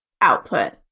output